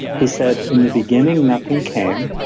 he said, in the beginning nothing came,